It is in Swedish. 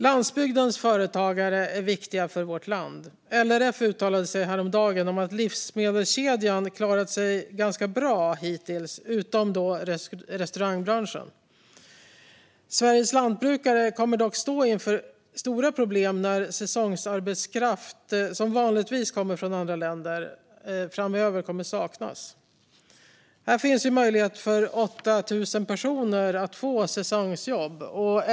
Landsbygdens företagare är viktiga för vårt land. LRF uttalade sig häromdagen om att livsmedelskedjan klarat sig ganska bra hittills, utom restaurangbranschen. Sveriges lantbrukare kommer dock att stå inför stora problem när säsongsarbetskraft som vanligtvis kommer från andra länder saknas. Här finns det möjlighet för 8 000 personer att få säsongsjobb.